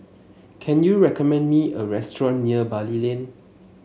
can you recommend me a restaurant near Bali Lane